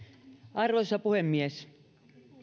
arvoisa puhemies